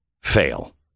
fail